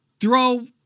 throw